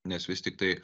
nes vis tiktai